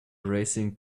racing